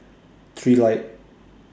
Trilight